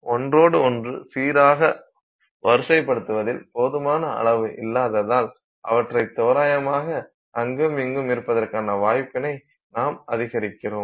ஒன்றோடு ஒன்று சீராக வரிசைப்படுத்துவதில் போதுமான அளவு இல்லாததால் அவற்றை தோராயமாக அங்குமிங்கும் இருப்பதற்கான வாய்ப்பினை நாம் அதிகரிக்கிறோம்